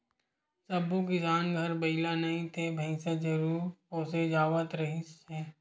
सब्बो किसान घर बइला नइ ते भइसा जरूर पोसे जावत रिहिस हे